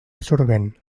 absorbent